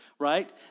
right